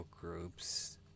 groups